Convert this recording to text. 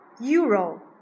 euro